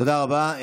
תודה רבה.